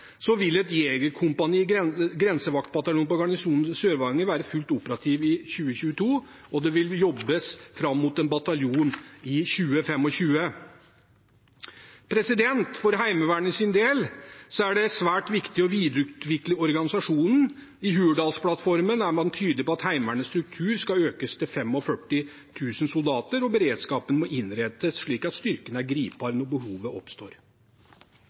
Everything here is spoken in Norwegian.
vil et jegerkompani i grensevaktbataljonen på garnisonen Sør-Varanger være fullt operativt i 2022, og det vil jobbes fram mot en bataljon i 2025. For Heimevernets del er det svært viktig å videreutvikle organisasjonen. I Hurdalsplattformen er man tydelig på at Heimevernets struktur skal økes til 45 000 soldater, og beredskapen må innrettes slik at styrken er gripbar når behovet oppstår.